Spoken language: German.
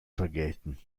vergelten